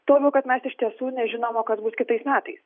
tuo labiau kad mes iš tiesų nežinom o kas bus kitais metais